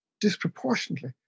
disproportionately